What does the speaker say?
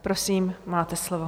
Prosím, máte slovo.